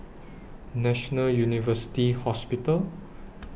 National University Hospital